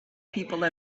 people